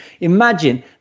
Imagine